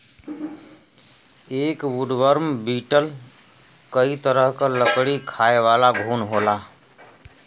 एक woodworm beetle कई तरह क लकड़ी खायेवाला घुन होला